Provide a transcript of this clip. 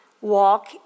walk